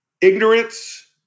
Ignorance